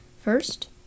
first